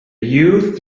youth